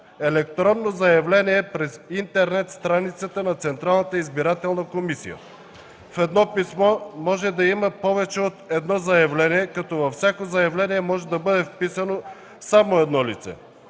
електронно заявление през интернет страницата на Централната избирателна комисия. В едно писмо може да има повече от едно заявления, като във всяко заявление може да бъде вписано само едно лице.